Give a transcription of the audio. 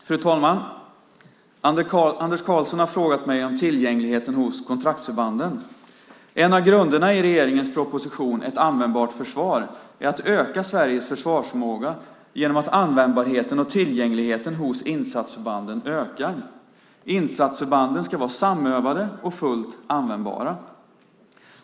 Fru talman! Anders Karlsson har frågat mig om tillgängligheten hos kontraktsförbanden. En av grunderna i regeringens proposition Ett användbart försvar är att öka Sveriges försvarsförmåga genom att användbarheten och tillgängligheten hos insatsförbanden ökar. Insatsförbanden ska vara samövade och fullt användbara.